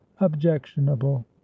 objectionable